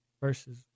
verses